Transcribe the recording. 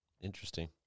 Interesting